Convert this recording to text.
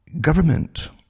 Government